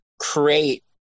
create